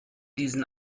diesen